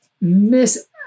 miss